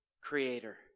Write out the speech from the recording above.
creator